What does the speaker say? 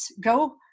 go